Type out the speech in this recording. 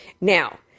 now